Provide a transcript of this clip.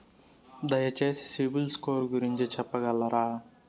దయచేసి సిబిల్ స్కోర్ గురించి చెప్పగలరా?